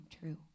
true